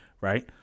right